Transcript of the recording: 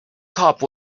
cop